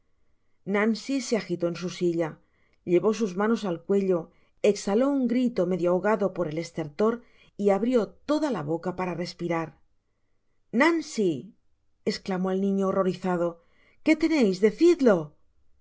nancy se agitó en su silla llevó sus manos al cuello exhaló un grito medio ahogado por el exterior y abrió toda la boca para respirar nancy esclamó el niño horrorizado que teneis decidlo